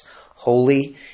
holy